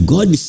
God